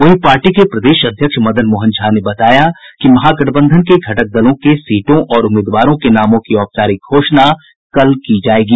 वहीं पार्टी के प्रदेश अध्यक्ष मदन मोहन झा ने बताया कि महागठबंधन के घटक दलों के सीटों और उम्मीदवारों के नामों की औपचारिक घोषणा कल की जायेगी